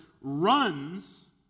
runs